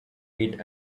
heat